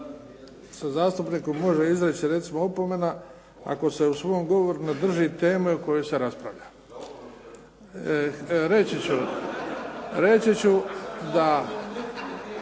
se zastupniku može izreći opomena ako se u svom govoru ne drži teme o kojoj se raspravlja. Reći ću da